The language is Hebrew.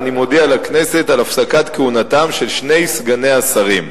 אני מודיע לכנסת על הפסקת כהונתם של שני סגני השרים.